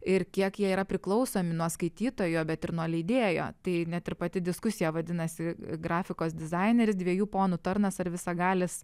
ir kiek jie yra priklausomi nuo skaitytojo bet ir nuo leidėjo tai net ir pati diskusija vadinasi grafikos dizaineris dviejų ponų tarnas ar visagalis